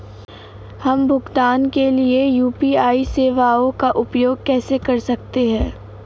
हम भुगतान के लिए यू.पी.आई सेवाओं का उपयोग कैसे कर सकते हैं?